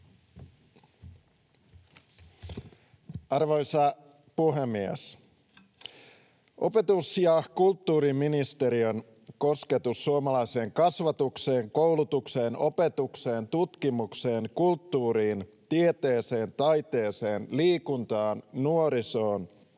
Arvoisa puhemies! Opetus- ja kulttuuriministeriön kosketus suomalaiseen kasvatukseen, koulutukseen, opetukseen, tutkimukseen, kulttuuriin, tieteeseen, taiteeseen, liikuntaan, nuorisoon